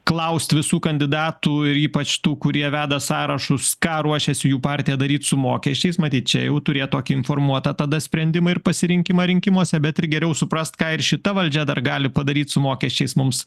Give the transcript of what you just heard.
klausti visų kandidatų ypač tų kurie veda sąrašus ką ruošiasi jų partija daryt su mokesčiais matyt čia jau turėt tokį informuotą tada sprendimo ir pasirinkimo rinkimuose bet ir geriau suprast ką ir šita valdžia dar gali padaryt su mokesčiais mums